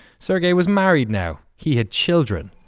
sergey was married now, he had children.